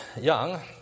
young